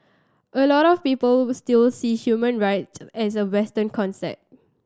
a lot of people still see human rights as a Western concept